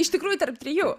iš tikrųjų tarp trijų